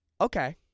Okay